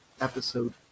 episode